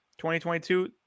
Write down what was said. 2022